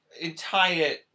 entire